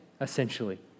essentially